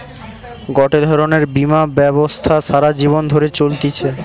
গটে ধরণের বীমা ব্যবস্থা সারা জীবন ধরে চলতিছে